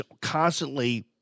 constantly